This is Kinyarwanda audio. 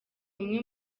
umwe